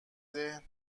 ذهن